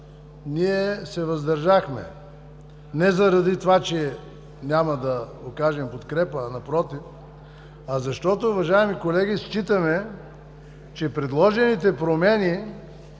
ние се въздържахме не заради това, че няма да окажем подкрепа, напротив, защото, уважаеми колеги, считаме, че предложените промени